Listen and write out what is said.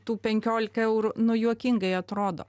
tų penkiolika eurų nu juokingai atrodo